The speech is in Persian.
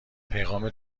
پیغام